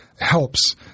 helps